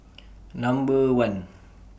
Number one